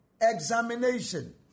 examination